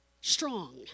strong